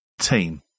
Team